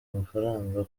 amafaranga